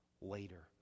later